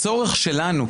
הצורך שלנו,